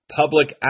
public